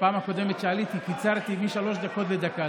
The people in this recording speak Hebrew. כשעליתי קיצרתי משלוש דקות לדקה,